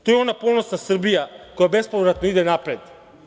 To je ona ponosna Srbija koja bespovratno ide napred.